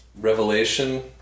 revelation